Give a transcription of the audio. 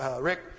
Rick